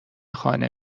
خانه